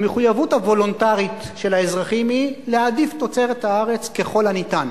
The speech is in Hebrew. המחויבות הוולונטרית של האזרחים היא להעדיף תוצרת הארץ ככל הניתן.